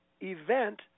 event